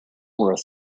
were